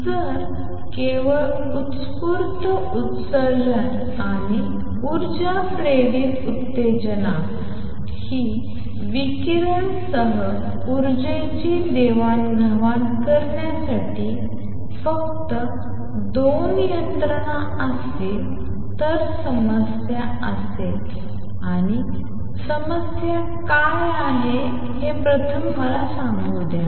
जर केवळ उत्स्फूर्त उत्सर्जन आणि उर्जा प्रेरित उत्तेजना ही विकिरण सह ऊर्जेची देवाणघेवाण करण्यासाठी फक्त 2 यंत्रणा असतील तर समस्या असेल आणि समस्या काय आहे हे मला प्रथम सांगू द्या